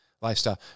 lifestyle